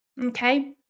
Okay